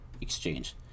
exchange